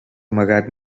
amagat